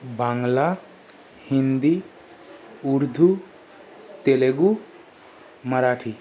Bangla Hindi Urdu Telugu Marathi